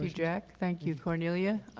jack. thank you, cornelia.